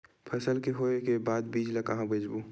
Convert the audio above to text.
फसल के होय के बाद बीज ला कहां बेचबो?